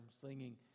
singing